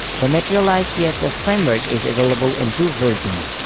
the materialize css framework is available in two versions,